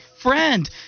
friend